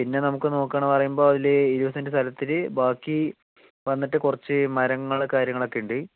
പിന്നെ നമുക്ക് നോക്കാണെന്ന് പറയുമ്പോൾ അതില് ഇരുപത് സെന്റ് സ്ഥലത്തില് ബാക്കി വന്നിട്ട് കുറച്ച് മരങ്ങള് കാര്യങ്ങളൊക്കെ ഉണ്ട്